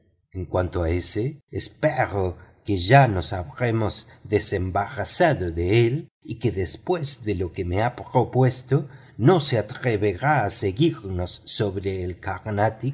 en cuanto a ése espero que ya nos habremos desembarazado de él y que después de lo que me ha propuesto no se atreverá a seguirnos sobre el